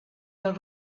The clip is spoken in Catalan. del